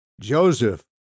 Joseph